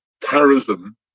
terrorism